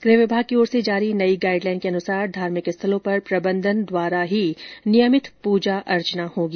गृह विभाग की ओर से जारी नई गाइड लाइन के अनुसार धार्मिक स्थलों पर प्रबंधन द्वारा ही नियमित पूजा अर्चना होगी